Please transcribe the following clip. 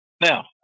Now